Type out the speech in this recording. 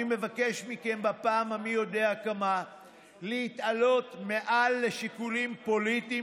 אני מבקש מכם בפעם המי-יודע-מה להתעלות מעל לשיקולים פוליטיים